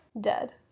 Dead